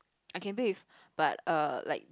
I can play with but err like